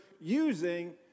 using